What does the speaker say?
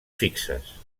fixes